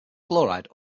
chloride